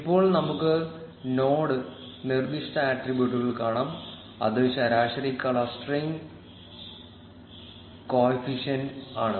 ഇപ്പോൾ നമുക്ക് നോഡ് നിർദ്ദിഷ്ട ആട്രിബ്യൂട്ടുകൾ നോക്കാം അത് ശരാശരി ക്ലസ്റ്ററിംഗ് കോഫിഫിഷ്യന്റ് ആണ്